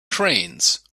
trains